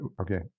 Okay